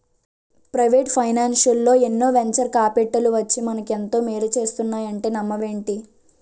Private ఫైనాన్సల్లో ఎన్నో venture కాపిటల్లు వచ్చి మనకు ఎంతో మేలు చేస్తున్నాయంటే నమ్మవేంటి?